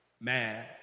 mad